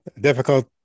difficult